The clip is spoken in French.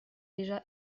déjà